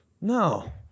No